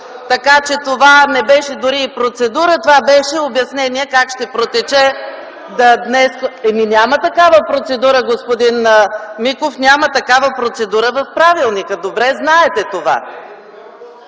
така че това не беше дори и процедура. Това беше обяснение как ще протече...(Реплики от КБ.) Ами, няма такава процедура, господин Миков. Няма такава процедура в правилника, добре знаете това.